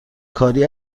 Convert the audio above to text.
کاری